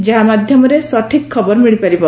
ଯାହା ମାଧ୍ଧମରେ ସଠିକ୍ ଖବର ମଧ୍ଧ ମିଳିପାରିବ